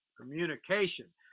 communication